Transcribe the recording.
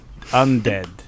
undead